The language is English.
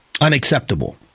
unacceptable